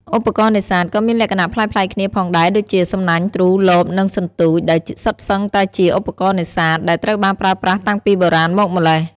ឧបករណ៍នេសាទក៏មានលក្ខណៈប្លែកៗគ្នាផងដែរដូចជា សំណាញ់ ទ្រូ លប និង សន្ទូច ដែលសុទ្ធសឹងតែជា ឧបករណ៍នេសាទ ដែលត្រូវបានប្រើប្រាស់តាំងពីបុរាណមកម្ល៉េះ។